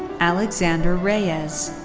alexander reyes.